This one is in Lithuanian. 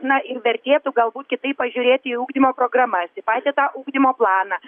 na ir vertėtų galbūt kitaip pažiūrėti į ugdymo programas į patį tą ugdymo planą